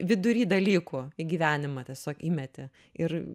vidury dalykų į gyvenimą tiesiog įmeti ir